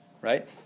right